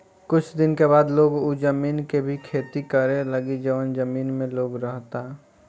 कुछ दिन के बाद लोग उ जमीन के भी खेती करे लागी जवन जमीन में लोग रहता